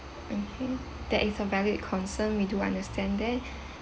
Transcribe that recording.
okay that is a valid concern we do understand that